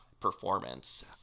performance